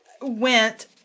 went